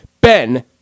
Ben